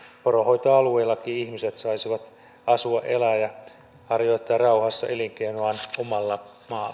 poronhoitoalueillakin ihmiset saisivat asua elää ja harjoittaa rauhassa elinkeinoaan omalla